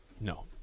No